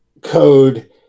code